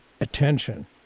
attention